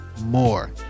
more